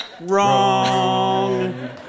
Wrong